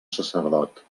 sacerdot